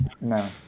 No